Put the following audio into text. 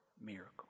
miracle